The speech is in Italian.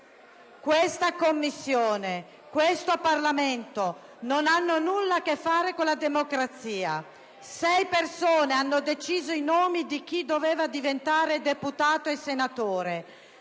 «Questa Commissione, questo Parlamento non hanno nulla a che fare con la democrazia. Sei persone hanno deciso i nomi di chi doveva diventare deputato e senatore,